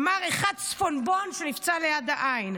אמר: אחד צפונבון שנפצע ליד העין.